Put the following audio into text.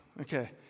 okay